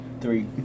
three